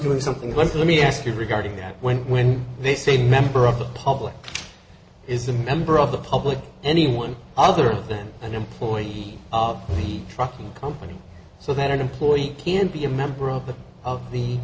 doing something let me ask you regarding that when when they say a member of the public is a member of the public anyone other than an employee of the trucking company so that an employee can be a member of the